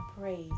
praise